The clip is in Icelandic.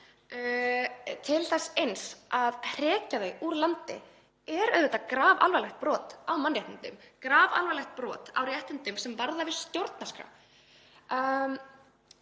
til þess eins að hrekja það úr landi er auðvitað grafalvarlegt brot á mannréttindum, grafalvarlegt brot á réttindum sem varða við stjórnarskrá.